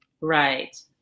Right